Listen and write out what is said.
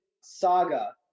saga